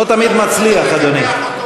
לא תמיד מצליח, אדוני.